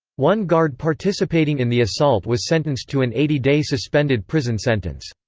one guard participating in the assault was sentenced to an eighty day suspended prison sentence.